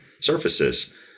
surfaces